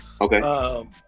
Okay